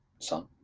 son